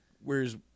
whereas